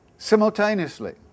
simultaneously